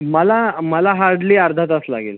मला मला हार्डली अर्धा तास लागेल